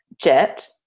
jet